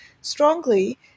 strongly